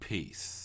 Peace